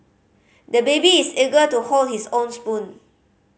the baby is eager to hold his own spoon